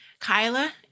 Kyla